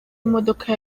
imodoka